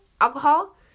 alcohol